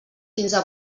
quinze